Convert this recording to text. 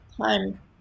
time